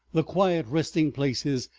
the quiet resting-places,